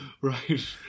Right